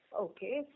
Okay